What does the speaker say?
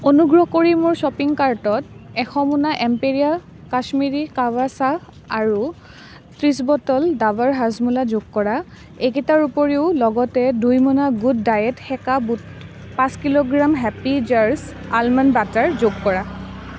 অনুগ্ৰহ কৰি মোৰ শ্বপিং কাৰ্টত এশ মোনা এম্পেৰীয়া কাশ্মীৰী কাৱা চাহ আৰু ত্ৰিছ বটল ডাৱৰ হাজমোলা যোগ কৰা এইকেইটাৰ উপৰিও লগতে দুই মোনা গুড ডায়েট সেকা বুট পাঁচ kilogram happy jars almond butter যোগ কৰা